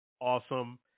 Awesome